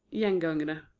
gengangere.